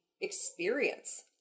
experience